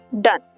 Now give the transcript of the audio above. done